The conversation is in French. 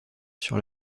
sur